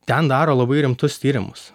ten daro labai rimtus tyrimus